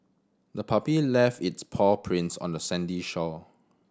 the puppy left its paw prints on the sandy shore